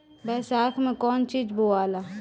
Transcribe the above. बैसाख मे कौन चीज बोवाला?